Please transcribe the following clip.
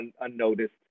unnoticed